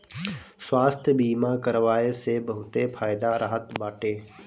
स्वास्थ्य बीमा करवाए से बहुते फायदा रहत बाटे